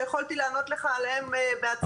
שיכולתי לענות לך עליהן בעצמי.